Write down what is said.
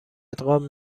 ادغام